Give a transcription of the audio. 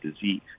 disease